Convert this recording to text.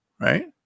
right